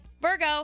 Virgo